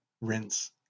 rinse